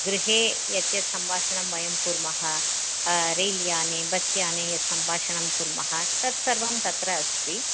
गृहे यत् यत् सम्भाषणं वयं कुर्मः रैल्याने बस्याने यत् सम्भाषणं कुर्मः तत् सर्वं तत्र अस्ति